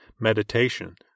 meditation